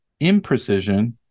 imprecision